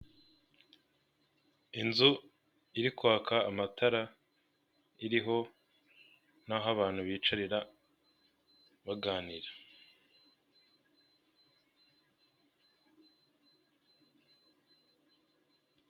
Inzu iri kwaka amatara iriho n'aho abantu bicarira baganira.